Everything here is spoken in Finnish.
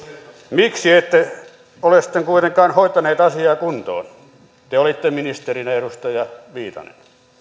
miksi ette ole sitten kuitenkaan hoitaneet asiaa kuntoon te olitte ministerinä edustaja viitanen